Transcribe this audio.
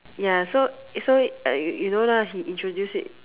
ya so so you know lah he introduce it